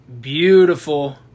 beautiful